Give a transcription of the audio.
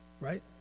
right